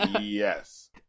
Yes